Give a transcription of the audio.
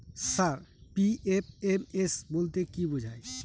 Sir PFMS বলতে কি বোঝায়?